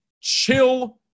chill